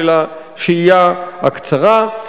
של השהייה הקצרה.